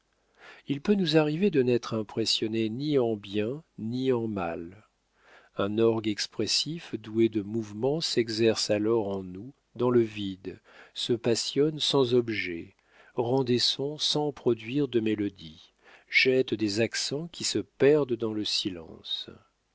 il peut nous arriver de n'être impressionnés ni en bien ni en mal un orgue expressif doué de mouvement s'exerce alors en nous dans le vide se passionne sans objet rend des sons sans produire de mélodie jette des accents qui se perdent dans le silence